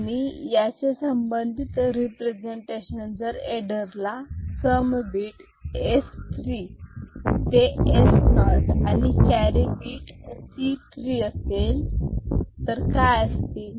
आणि याचे संबंधित रिप्रेझेंटेशन जर एडरला सम बीट S3 ते S 0 आणि कॅरी बीट C 3 असेल काय असतील